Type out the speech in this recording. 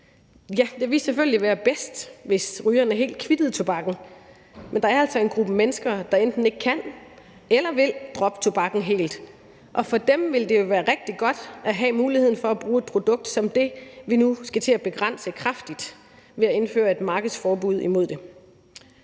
selvfølgelig være bedst, hvis rygerne helt kvittede tobakken, men der er altså en gruppe mennesker, der enten ikke kan eller vil droppe tobakken helt, og for dem ville det jo være rigtig godt at have muligheden for at bruge et produkt som det, vi nu skal til at begrænse kraftigt ved at indføre et markedsforbud imod det.